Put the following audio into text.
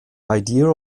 idea